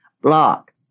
block